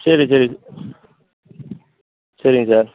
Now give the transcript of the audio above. சரி சரி சரிங்க சார்